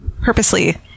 Purposely